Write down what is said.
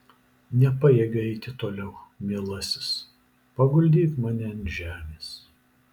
nepajėgiu eiti toliau mielasis paguldyk mane ant žemės